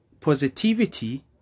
Positivity